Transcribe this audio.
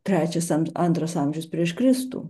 trečias an antras amžius prieš kristų